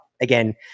again